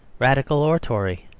radical or tory.